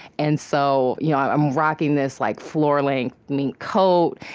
and so you know i'm rocking this like floor-length mink coat,